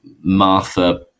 Martha